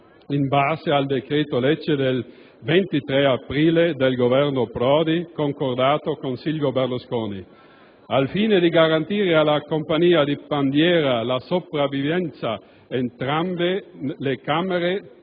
in base al decreto-legge del 23 aprile del Governo Prodi concordato con Silvio Berlusconi, al fine di garantire alla compagnia di bandiera la sopravvivenza. Entrambe le Camere